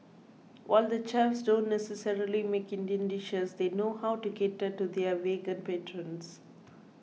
while the chefs don't necessarily make Indian dishes they know how to cater to their vegan patrons